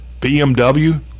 BMW